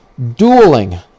Dueling